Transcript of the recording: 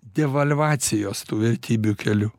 devalvacijos tų vertybių keliu